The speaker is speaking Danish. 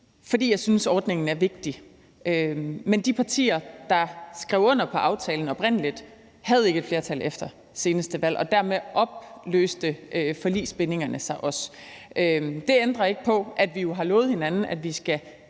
fordi jeg synes, ordningen er vigtig. Men de partier, der skrev under på aftalen oprindelig, havde ikke et flertal efter seneste valg, og dermed opløste forligsbindingerne sig også. Det ændrer ikke på, at vi jo har lovet hinanden, at vi skal